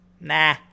Nah